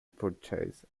purchase